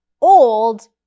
old